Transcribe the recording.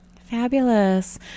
Fabulous